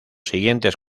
siguientes